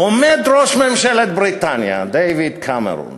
עומד ראש ממשלת בריטניה דייוויד קמרון